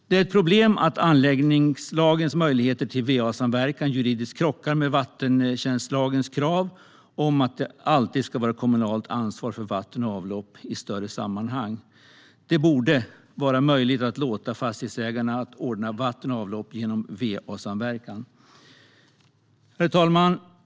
Det är ett problem att anläggningslagens möjlighet till va-samverkan juridiskt krockar med vattentjänstlagens krav på att det alltid ska vara ett kommunalt ansvar för vatten och avlopp i större sammanhang. Det borde vara möjligt att låta fastighetsägarna ordna vatten och avlopp genom vasamverkan. Herr talman!